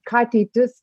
ką ateitis